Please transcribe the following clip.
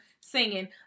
singing